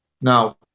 now